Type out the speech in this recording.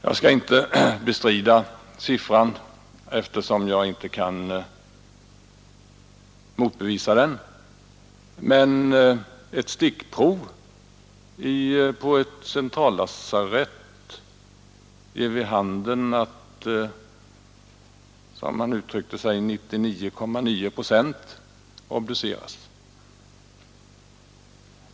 Jag skall inte bestrida siffran, eftersom jag inte kan motbevisa den, men ett stickprov på ett centrallasarett ger vid handen att, som man uttryckte sig, 99,9 procent obduceras.